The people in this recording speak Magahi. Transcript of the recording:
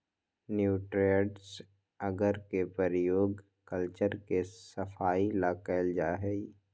न्यूट्रिएंट्स अगर के प्रयोग कल्चर के सफाई ला कइल जाहई